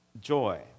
joy